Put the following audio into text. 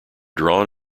drawn